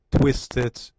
twisted